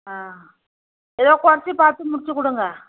ஆ ஏதோ குறைச்சி பார்த்து முடிச்சுக் கொடுங்க